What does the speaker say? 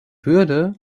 würde